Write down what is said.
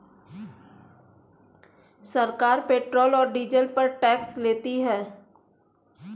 सरकार पेट्रोल और डीजल पर टैक्स लेती है